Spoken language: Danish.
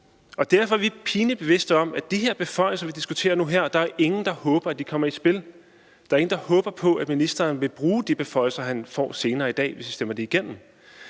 og derfor er vi pinedød bevidste om, at de beføjelser, vi diskuterer nu her, er der jo ingen der håber kommer i spil. Der er ingen, der håber på, at ministeren vil bruge de beføjelser, han får senere i dag, hvis vi stemmer det igennem.